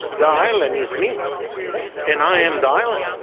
the island is me and i am the island.